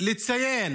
לציין